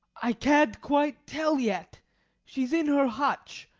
i can't quite tell yet she's in her hutch.